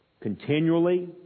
continually